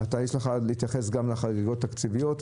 תתייחס גם לחריגות התקציביות,